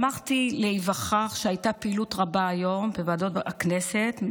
שמחתי להיווכח שהייתה פעילות רבה היום בוועדות הכנסת.